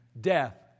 death